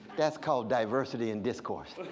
that's called diversity and discourse.